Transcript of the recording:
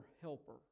helper